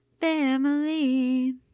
family